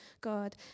God